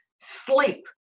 sleep